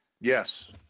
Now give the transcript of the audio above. Yes